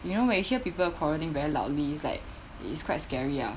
you know when we hear people quarreling very loudly it's like it's quite scary ah